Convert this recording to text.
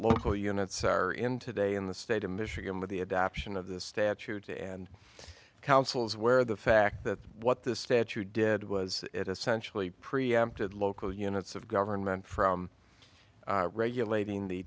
local units are in today in the state of michigan with the adoption of this statute and councils where the fact that what this statute did was it essentially preempted local units of government from regulating the